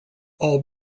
all